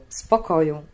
spokoju